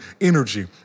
energy